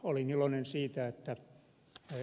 olin iloinen siitä että ed